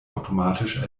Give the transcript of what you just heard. automatisch